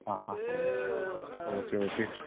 ആ ആ ആ ഓക്കെ ഓക്കെ